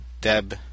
Deb